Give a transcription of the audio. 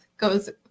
goes